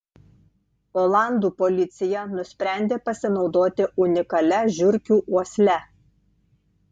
olandų policija nusprendė pasinaudoti unikalia žiurkių uosle